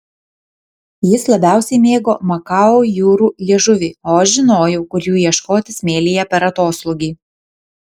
jis labiausiai mėgo makao jūrų liežuvį o aš žinojau kur jų ieškoti smėlyje per atoslūgį